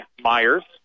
Myers